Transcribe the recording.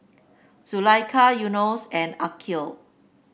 Zulaikha Yunos and Aqil